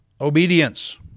obedience